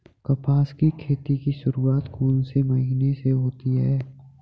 कपास की खेती की शुरुआत कौन से महीने से होती है?